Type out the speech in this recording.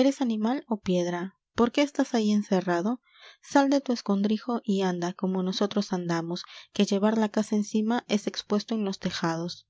eres animal ó piedra p o r qué estás ahí encerrado sal de tu escondrijo y anda como nosotros andamos que llevar la casa encima es expuesto en los tejados